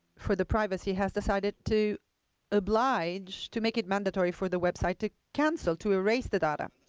for the privacy has decided to obliged to make it mandatory for the website to cancel, to erase the data.